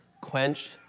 quenched